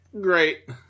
Great